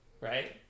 right